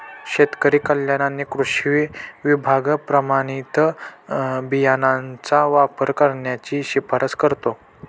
शेतकरी कल्याण आणि कृषी विभाग प्रमाणित बियाणांचा वापर करण्याची शिफारस करतो